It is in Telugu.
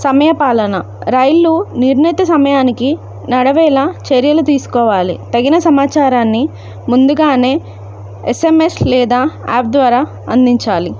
సమయ పాలన రైళ్లు నిర్ణత సమయానికి నడిచేలా చర్యలు తీసుకోవాలి తగిన సమాచారాన్ని ముందుగానే ఎస్ ఎం ఎస్ లేదా యాప్ ద్వారా అందించాలి